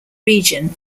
region